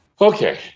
Okay